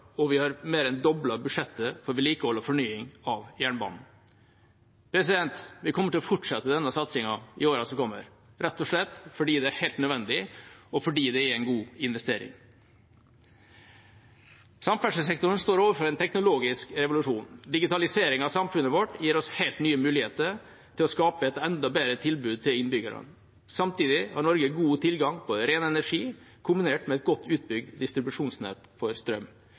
og vi har mer enn doblet budsjettet for vedlikehold og fornying av jernbanen. Vi kommer til å fortsette denne satsingen i årene som kommer, rett og slett fordi det er helt nødvendig, og fordi det er en god investering. Samferdselssektoren står overfor en teknologisk revolusjon. Digitaliseringen av samfunnet vårt gir oss helt nye muligheter til å skape et enda bedre tilbud til innbyggerne. Samtidig har Norge god tilgang på ren energi, kombinert med et godt utbygd distribusjonsnett for strøm.